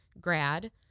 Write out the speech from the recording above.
grad